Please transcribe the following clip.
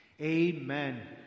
Amen